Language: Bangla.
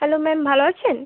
হ্যালো ম্যাম ভালো আছেন